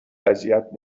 اذیت